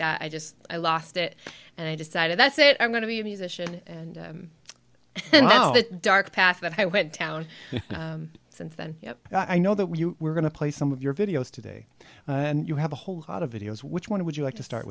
that i just i lost it and i decided that's it i'm going to be a musician and dark path that i went down and then i know that we were going to play some of your videos today and you have a whole lot of videos which one would you like to start